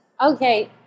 Okay